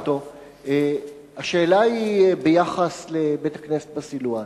השאלה היא ביחס לבית-הכנסת בסילואן.